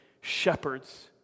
shepherds